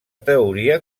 teoria